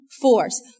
force